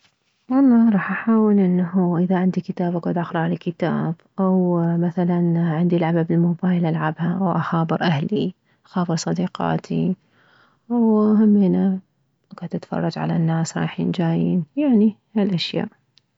والله راح احاول انه اذا عندي كتاب اكعد اقرالي كتاب او مثلا عندي لعبة بالموبايل العبها او اخابر اهلي اخابر صديقاتي وهمينه اكعد اتفرج على الناس رايحين جايين يعني هالاشياء